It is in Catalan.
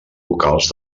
vocals